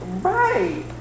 right